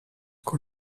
con